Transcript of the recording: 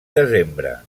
desembre